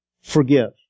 forgive